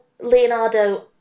Leonardo